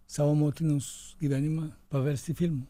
savo motinos gyvenimą paversti filmu